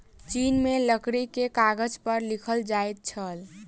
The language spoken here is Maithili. चीन में लकड़ी के कागज पर लिखल जाइत छल